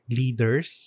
leaders